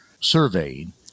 surveying